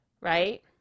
Right